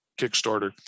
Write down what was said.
Kickstarter